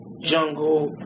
Jungle